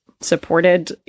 supported